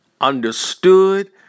understood